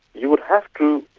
you would have to